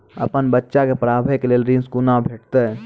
अपन बच्चा के पढाबै के लेल ऋण कुना भेंटते?